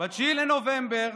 ב-9 בנובמבר